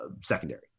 secondary